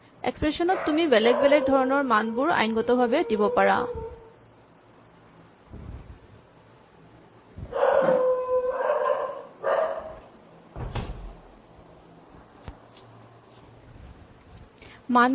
expression ত তুমি বেলেগ বেলেগ ধৰণৰ মানবোৰ আইনগতভাৱে দিব পাৰিবা